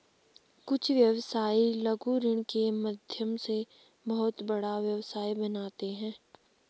कुछ व्यवसायी लघु ऋण के माध्यम से बहुत बड़ा व्यवसाय बनाते हैं